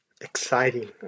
Exciting